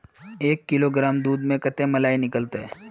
एक किलोग्राम दूध में कते मलाई निकलते?